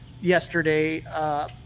yesterday